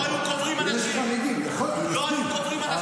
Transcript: לא היו קוברים אנשים, לא היו קוברים אנשים.